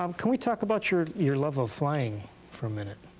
um can we talk about your your love of flying for a minute?